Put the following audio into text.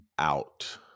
Out